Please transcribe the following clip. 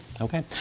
Okay